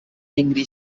angry